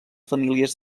famílies